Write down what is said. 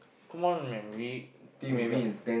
come on man we we got